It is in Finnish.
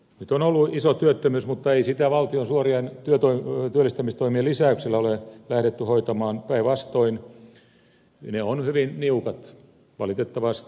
nyt on ollut iso työttömyys mutta ei sitä valtion suorien työllistämistoimien lisäyksellä ole lähdetty hoitamaan päinvastoin ne ovat hyvin niukat valitettavasti